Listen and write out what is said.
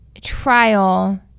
trial